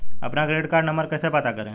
अपना credit card number कैसे पता करें?